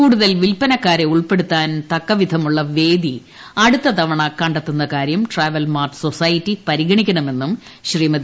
കൂടുതൽ വിൽപ്പനക്കാരെ ഉൾപ്പെടുത്താൻ തക്കവിധമുള്ള വേദി അടുത്ത തവണ കണ്ടെത്തുന്ന കാര്യം ട്രാവൽ മാർട്ട് സൊസൈറ്റി പരിഗണിക്കണമെന്നും ശ്രീമതി